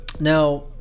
Now